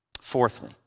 Fourthly